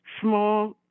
Small